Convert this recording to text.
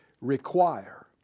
require